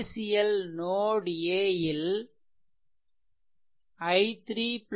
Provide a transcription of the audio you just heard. KCL note A ல் i3 ix ' 4